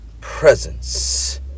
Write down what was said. presence